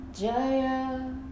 Jaya